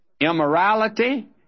immorality